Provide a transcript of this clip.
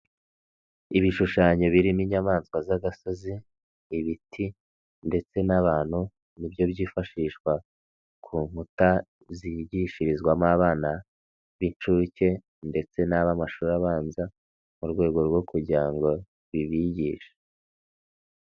Ibishushanyo birimo inyamaswa z'agasozi ibiti ndetse n'abantu, ni byo byifashishwa ku nkuta zigishirizwamo abana b'inshuke ndetse n'ab'amashuri abanza, mu rwego rwo kugira ngo bibigishe.